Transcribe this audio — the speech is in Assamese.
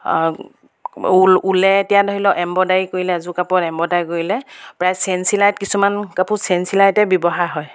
ঊলে এতিয়া ধৰি লওক এম্ব্ৰইডাৰী কৰিলে এযোৰ কাপোৰত এম্ব্ৰইডাৰী কৰিলে প্ৰায় চেন চিলাইত কিছুমান কাপোৰ চেন চিলাইতে ব্যৱহাৰ হয়